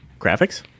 graphics